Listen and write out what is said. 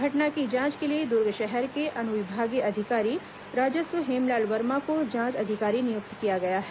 घटना की जांच के लिए दुर्ग शहर के अनुविभागीय अधिकारी राजस्व हेमलाल वर्मा को जांच अधिकारी नियुक्त किया गया है